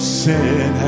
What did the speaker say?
sin